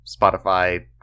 Spotify